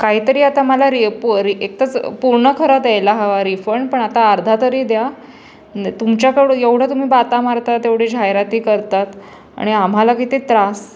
काही तरी आता मला रि पर एकतर पूर्ण खरा द्यायला हवा रिफंड पण आता अर्धा तरी द्या तुमच्याकडून येवढं तुम्ही बाता मारता एवढ्या जाहिराती करतात आणि आम्हाला किती त्रास